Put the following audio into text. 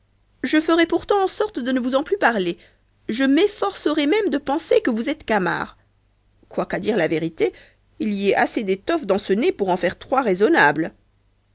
je ferai pourtant en sorte de ne vous en plus parler je m'efforcerai même de penser que vous êtes camard quoiqu'à dire la vérité il y ait assez d'étoffe dans ce nez pour en faire trois raisonnables